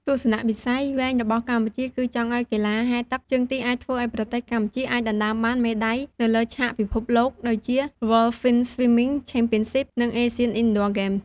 ទស្សនវិស័យវែងរបស់កម្ពុជា គឺចង់ឲ្យកីឡាហែលទឹកជើងទាអាចធ្វើឲ្យប្រទេសអាចដណ្តើមបានមេដាយនៅលើឆាកពិភពលោក ដូចជា World Finswimming Championship និង Asian Indoor Games។